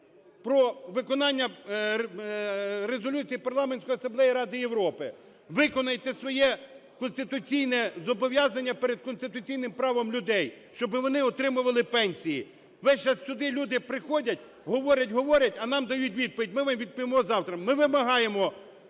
про виконання резолюції Парламентської асамблеї Ради Європи. Виконайте своє конституційне зобов'язання перед конституційним правом людей, щоби вони отримували пенсії. Весь час сюди люди приходять, говорять-говорять, а нам дають відповідь: ми вам відповімо завтра. Ми вимагаємо